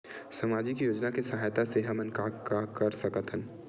सामजिक योजना के सहायता से हमन का का कर सकत हन?